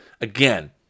Again